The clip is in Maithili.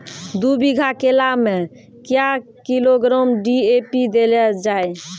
दू बीघा केला मैं क्या किलोग्राम डी.ए.पी देले जाय?